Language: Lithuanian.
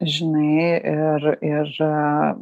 žinai ir ir